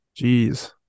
jeez